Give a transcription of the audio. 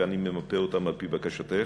ואני ממפה אותם על-פי בקשתך: